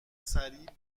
سریع